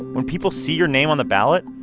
when people see your name on the ballot,